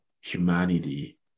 humanity